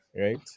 right